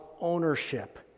ownership